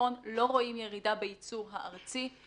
במלפפון לא רואים ירידה בייצור הארצי.